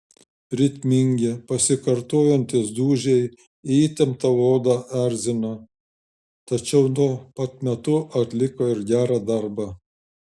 ritmingi pasikartojantys dūžiai į įtemptą odą erzino tačiau tuo pat metu atliko ir gerą darbą